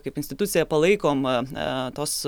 kaip institucija palaikom a tuos